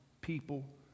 people